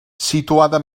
situada